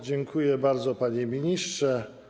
Dziękuję bardzo, panie ministrze.